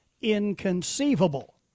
inconceivable